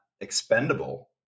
expendable